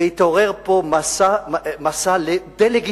והתעורר פה מסע דה-לגיטימציה